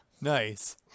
Nice